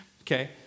okay